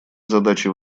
задачи